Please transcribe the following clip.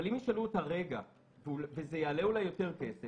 אבל אם ישאלו אותה: אולי זה יעלה יותר כסף